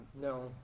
No